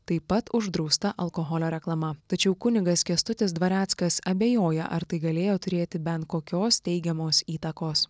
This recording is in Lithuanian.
taip pat uždrausta alkoholio reklama tačiau kunigas kęstutis dvareckas abejoja ar tai galėjo turėti bent kokios teigiamos įtakos